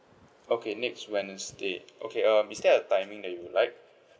okay next wednesday okay um is there a timing that you'd like